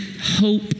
hope